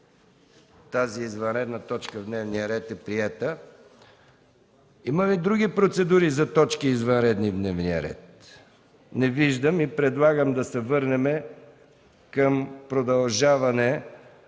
Тази извънредна точка в дневния ред е приета. Има ли други процедури за извънредни точки в дневния ред? Не виждам. Предлагам да се върнем към продължение